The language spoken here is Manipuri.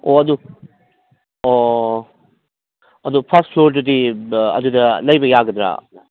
ꯑꯣ ꯑꯗꯨ ꯑꯣ ꯑꯗꯨ ꯐꯥꯔꯁ ꯐ꯭ꯂꯣꯔꯗꯨꯗꯤ ꯑꯗꯨꯗ ꯂꯩꯕ ꯌꯥꯒꯗ꯭ꯔꯥ